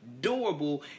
doable